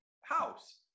house